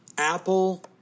Apple